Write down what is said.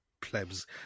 plebs